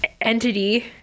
entity